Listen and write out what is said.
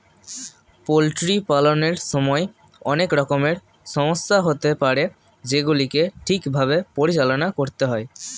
poultry পালনের সময় অনেক রকমের সমস্যা হতে পারে যেগুলিকে ঠিক ভাবে পরিচালনা করতে হয়